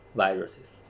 viruses